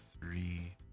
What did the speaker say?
three